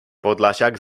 podlasiak